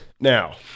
Now